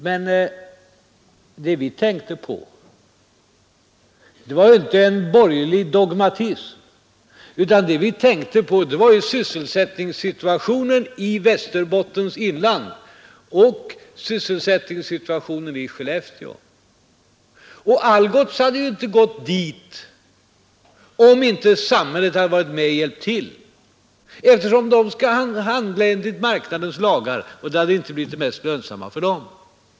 Men det vi tänkte på var inte en borgerlig dogmatism, utan vi tänkte på sysselsättningssituationen i Västerbottens inland och sysselsättningssituationen i Skellefteå. Algots hade inte etablerat där om inte samhället varit med och hjälpt till. Algots skall ju handla enligt marknadens lagar, och detta hade inte blivit det mest lönsamma för dem.